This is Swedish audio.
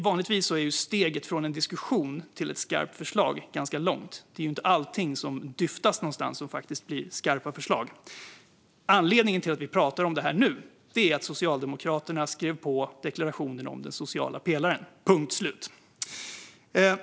Vanligtvis är steget från en diskussion till ett skarpt förslag ganska långt. Det är inte allt som dryftas någonstans som faktiskt blir skarpa förslag. Anledningen till att vi pratar om det här nu är att Socialdemokraterna skrev på deklarationen om den sociala pelaren. Punkt slut.